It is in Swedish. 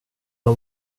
kan